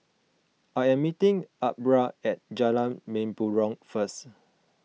I am meeting Aubra at Jalan Mempurong first